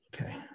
Okay